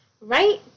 right